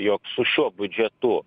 jog su šiuo biudžetu